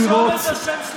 תרשום את השם שלהם בחוק.